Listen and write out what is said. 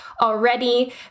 already